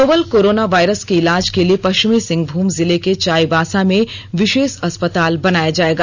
novel corona virus के इलाज के लिए पश्चिमी सिंहभूम जिले के चाईबासा में विशेष अस्पताल बनाया जायेगा